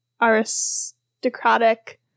aristocratic